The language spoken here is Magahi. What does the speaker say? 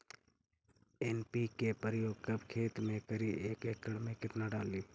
एन.पी.के प्रयोग कब खेत मे करि एक एकड़ मे कितना डाली?